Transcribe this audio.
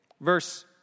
Verse